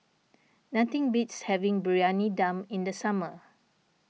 nothing beats having Briyani Dum in the summer